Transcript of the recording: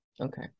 okay